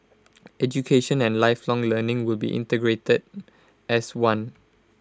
education and lifelong learning will be integrated as one